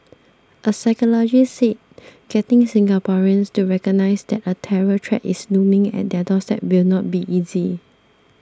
a psychologist said getting Singaporeans to recognise that a terror threat is looming at their doorstep will not be easy